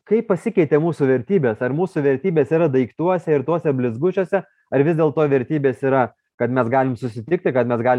kaip pasikeitė mūsų vertybės ar mūsų vertybės yra daiktuose ir tuose blizgučiuose ar vis dėlto vertybės yra kad mes galim susitikti kad mes gal